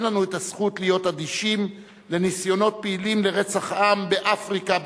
אין לנו הזכות להיות אדישים לניסיונות פעילים לרצח עם באפריקה,